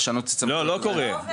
לא, לא קורה,